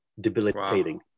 debilitating